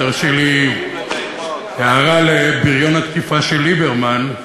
תרשי לי הערה לבריון התקיפה של ליברמן,